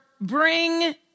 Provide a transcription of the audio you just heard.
bring